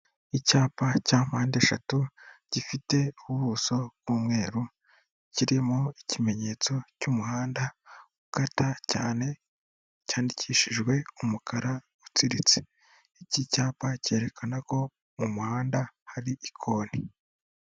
Icyapa cya mpandeshatu gifite ubuso bw'umweru, kirimo ikimenyetso cy'umuhanda, ukata cyane cyandikishijwe umukara utsiritse, iki cyapa cyerekana ko mu muhanda hari ikoni.